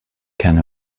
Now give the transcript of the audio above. can